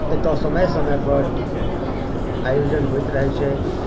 एतय समय समयपर आयोजन होइत रहैत छै